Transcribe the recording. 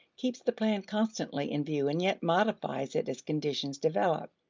keeps the plan constantly in view and yet modifies it as conditions develop.